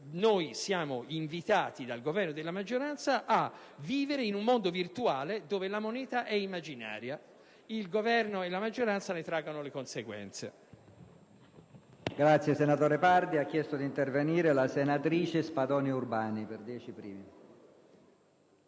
Noi siamo invitati dal Governo e dalla maggioranza a vivere in un mondo virtuale dove la moneta è immaginaria. Il Governo e la maggioranza ne traggano le conseguenze.